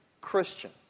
Christian